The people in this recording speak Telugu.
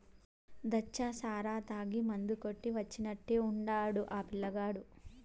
దాచ్చా సారా తాగి మందు కొట్టి వచ్చినట్టే ఉండాడు ఆ పిల్లగాడు